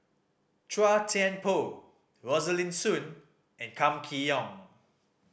Chua Thian Poh Rosaline Soon and Kam Kee Yong